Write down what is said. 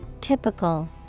typical